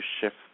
shift